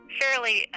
fairly